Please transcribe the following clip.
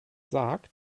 sagt